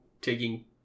taking